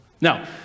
Now